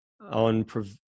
on